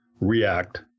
react